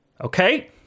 Okay